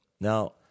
Now